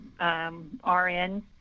RN